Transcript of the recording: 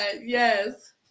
yes